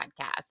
podcast